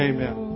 Amen